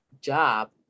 job